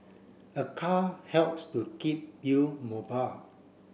a car helps to keep you mobile